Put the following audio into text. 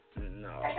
No